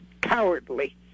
cowardly